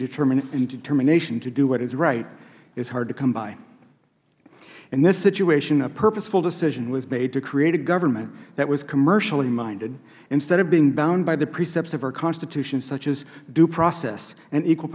d determination to do what is right is hard to come by in this situation a purposeful decision was made to create a government that was commercially minded instead of being bound by the precepts of our constitution such as due process and equal